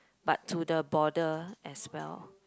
but to the border as well